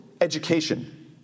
education